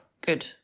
Good